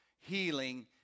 healing